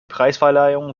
preisverleihung